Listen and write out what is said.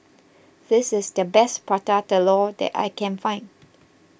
this is the best Prata Telur that I can find